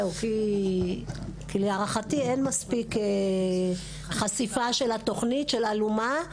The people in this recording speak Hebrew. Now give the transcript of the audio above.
כי להערכתי אין מספיק חשיפה של התוכנית של אלומה.